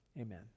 Amen